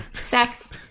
Sex